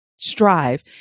strive